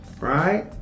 right